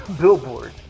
billboard